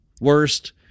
worst